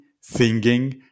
singing